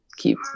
keep